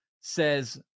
says